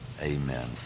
Amen